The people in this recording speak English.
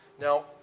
Now